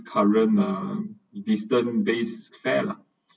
current uh distance base fare lah